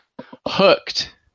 Hooked